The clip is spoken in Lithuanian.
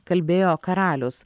kalbėjo karalius